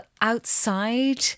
outside